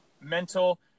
mental